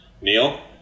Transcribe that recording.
Neil